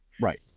right